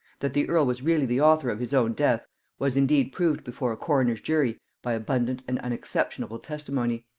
that the earl was really the author of his own death was indeed proved before a coroner's jury by abundant and unexceptionable testimony,